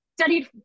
studied